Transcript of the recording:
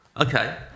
Okay